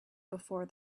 before